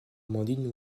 amandine